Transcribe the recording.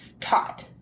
taught